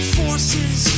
forces